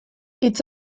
hitz